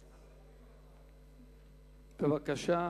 בבקשה.